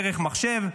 דרך מחשב,